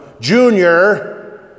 junior